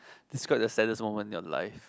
describe the saddest moment in your life